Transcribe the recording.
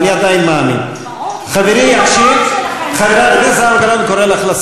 אני אומר לכולם: מי שמעכשיו יפריע פשוט יוּצא בשלוש קריאות מן האולם.